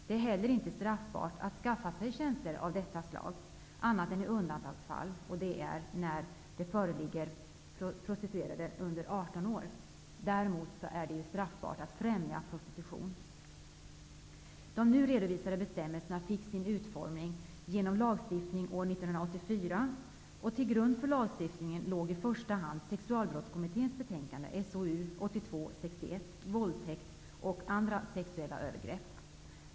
Det är inte heller straffbart att skaffa sig tjänster av detta slag, annat än i undantagsfall, som när prostituerade är under Att främja prostitution är däremot straffbart. De nu redovisade bestämmelserna fick sin utformning genom lagstiftning år 1984. Till grund för lagstiftningen låg i första hand Sexualbrottskommitténs betänkande om våldtäkt och andra sexuella övergrepp.